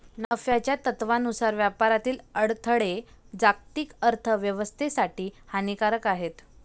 नफ्याच्या तत्त्वानुसार व्यापारातील अडथळे जागतिक अर्थ व्यवस्थेसाठी हानिकारक आहेत